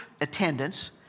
attendance